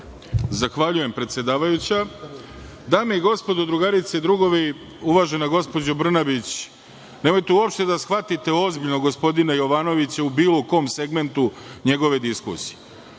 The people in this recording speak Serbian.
Zahvaljujem. Dame i gospodo, drugarice i drugovi, uvažena gospođo Brnabić, nemojte uopšte da shvatite ozbiljno gospodina Jovanovića u bilo kom segmentu njegove diskusije.